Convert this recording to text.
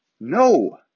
no